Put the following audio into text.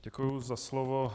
Děkuji za slovo.